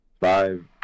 Five